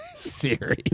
Siri